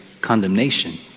condemnation